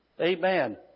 Amen